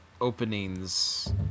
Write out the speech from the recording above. openings